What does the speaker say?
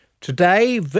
Today